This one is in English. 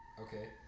okay